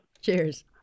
Cheers